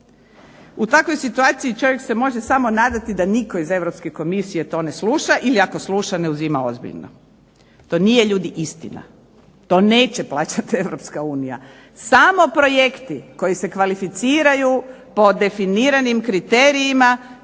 U takvoj situaciji čovjek se može samo nadati da nitko iz Europske komisije to ne sluša ili ako suša ne uzima ozbiljno. To nije ljudi istina. To neće plaćati Europska unija. Samo projekti koji se kvalificiraju po definiranim kriterijima